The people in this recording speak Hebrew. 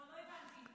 לא, לא הבנתי.